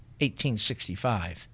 1865